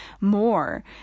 more